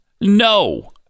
No